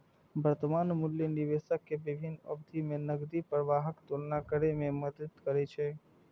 वर्तमान मूल्य निवेशक कें विभिन्न अवधि मे नकदी प्रवाहक तुलना करै मे मदति करै छै